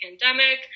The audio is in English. pandemic